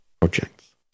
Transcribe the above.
projects